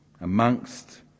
amongst